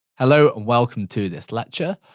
hello, welcome to this lecture,